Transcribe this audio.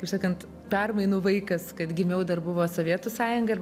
kaip sakant permainų vaikas kad gimiau dar buvo sovietų sąjunga ir